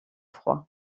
froid